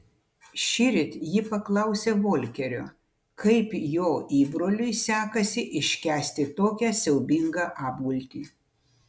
šįryt ji paklausė volkerio kaip jo įbroliui sekasi iškęsti tokią siaubingą apgultį